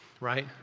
right